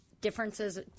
differences